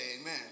Amen